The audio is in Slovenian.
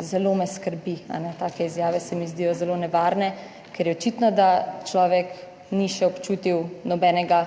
Zelo me skrbi. Take izjave se mi zdijo zelo nevarne, ker je očitno, da človek ni še občutil nobenega